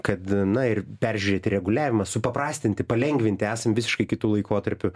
kad na ir peržiūrėti reguliavimą supaprastinti palengvinti esam visiškai kitu laikotarpiu